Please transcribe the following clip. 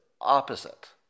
opposite